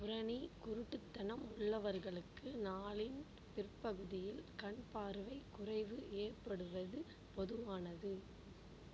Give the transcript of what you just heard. புறணி குருட்டுத்தனம் உள்ளவர்களுக்கு நாளின் பிற்பகுதியில் கண் பார்வை குறைவு ஏற்படுவது பொதுவானது